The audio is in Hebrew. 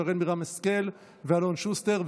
שרן מרים השכל ואלון שוסטר.